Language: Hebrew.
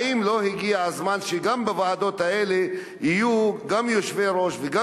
האם לא הגיע הזמן שגם בוועדות האלה יהיו גם היושבי-ראש וגם